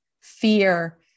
fear